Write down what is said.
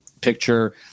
picture